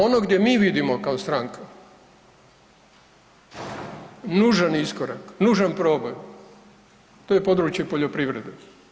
Ono gdje mi vidimo kao stranka nužan iskorak, nužan proboj to je područje poljoprivrede.